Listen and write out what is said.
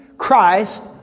Christ